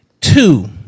Two